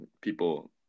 people